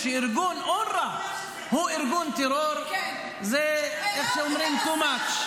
זה ארגון טרור, הם ידעו הכול, הכול.